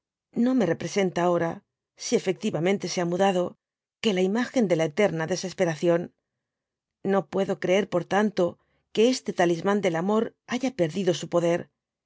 no me representa ahora si efectiyántente se ha mudado que la imagen de la eterna desesperación no puedo creer por tanto que este talismán del amor haya perdido su poder